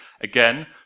Again